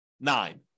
nine